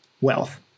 wealth